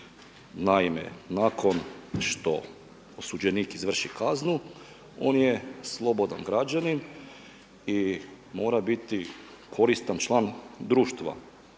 Naime, nakon što osuđenik izvrši kaznu on je slobodan građanin i mora biti koristan član društva.